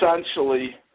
essentially